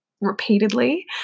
repeatedly